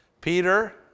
Peter